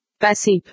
Passive